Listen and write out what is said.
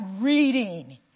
reading